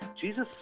Jesus